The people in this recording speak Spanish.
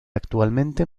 actualmente